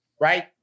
right